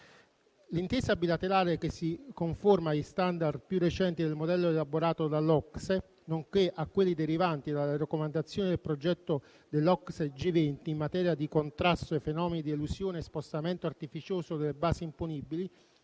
L'intesa bilaterale, che si conforma agli standard più recenti del modello dell'OCSE, nonché a quelli derivanti dalla raccomandazione del progetto dell'OCSE G20 in materia di contrasto ai fenomeni di elusione e spostamento artificioso delle basi imponibili,